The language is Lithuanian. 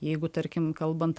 jeigu tarkim kalbant